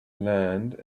land